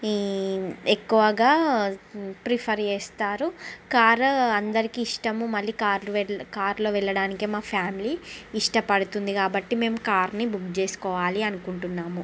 ఈ ఎక్కువగా ప్రిఫర్ చేస్తారు కార్ అందరికి ఇష్టం మళ్ళీ కార్ కార్లో వెళ్ళడానికి మా ఫ్యామిలీ ఇష్టపడుతుంది కాబట్టి మేము కార్ని బుక్ చేసుకోవాలి అనుకుంటున్నాము